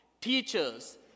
teachers